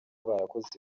barakoze